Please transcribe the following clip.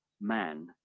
man